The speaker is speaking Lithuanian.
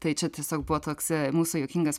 tai čia tiesiog buvo toks mūsų juokingas